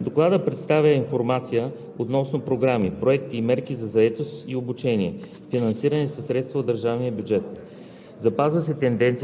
2020 г.